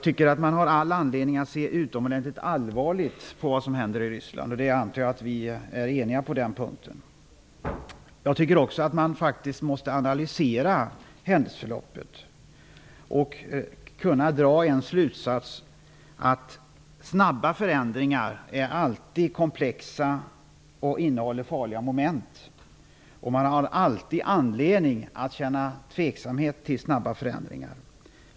Det finns all anledning att se utomordentligt allvarligt på vad som händer i Ryssland. Jag antar att vi är eniga på den punkten. Jag tycker också att man måste analysera händelseförloppet och dra slutsatsen att snabba förändringar alltid är komplexa och innehåller farliga moment. Det finns alltid anledning att känna tveksamhet till snabba förändringar.